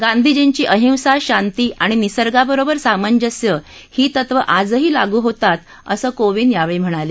गांधीजींची अहिसा शांती आणि निसर्गांबरोबर सामंजस्य ही तत्वं आजही लागू होतात असं कोविंद यावेळी म्हणाले